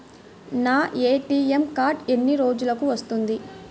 నా ATM card ఎన్ని రోజులకు వస్తుంది?